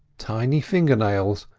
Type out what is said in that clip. tiny finger-nails,